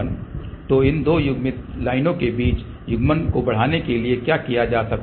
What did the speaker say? तो इन दो युग्मित लाइनों के बीच युग्मन को बढ़ाने के लिए क्या किया जा सकता है